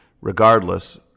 regardless